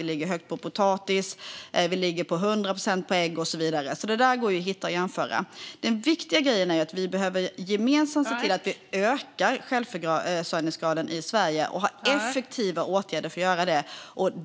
Vi ligger högt på potatis, vi ligger på 100 procent på ägg och så vidare. Det där går att hitta och jämföra. Den viktiga grejen är att vi gemensamt behöver se till att vi ökar självförsörjningsgraden i Sverige och har effektiva åtgärder för att göra det.